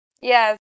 yes